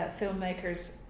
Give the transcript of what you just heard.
filmmakers